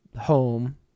home